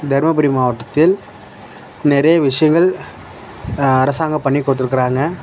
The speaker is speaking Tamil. தருமபுரி மாவட்டத்தில் நிறைய விஷயங்கள் அரசாங்கம் பண்ணிக் கொடுத்துருக்கறாங்க